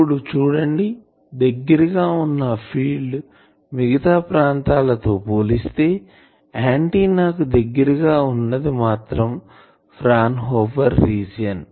ఇప్పుడు చుడండి దగ్గర గా వున్నా ఫీల్డ్ మిగతా ప్రాంతాలతో పోలిస్తే ఆంటిన్నాకు దగ్గర గా వున్నది మాత్రం ఫ్రాన్ హాఫెర్ రీజియన్